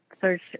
search